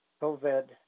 COVID